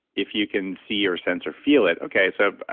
if you can see or sense or feel it, okay so,